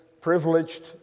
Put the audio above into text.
privileged